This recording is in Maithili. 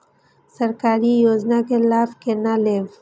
सरकारी योजना के लाभ केना लेब?